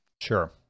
Sure